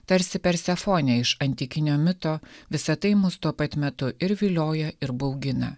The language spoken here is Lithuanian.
tarsi persefonė iš antikinio mito visa tai mus tuo pat metu ir vilioja ir baugina